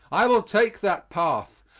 i will take that path,